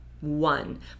One